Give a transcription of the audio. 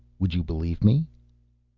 would you believe me?